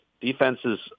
Defenses